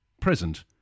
present